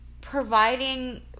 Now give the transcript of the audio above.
providing